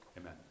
Amen